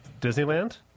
Disneyland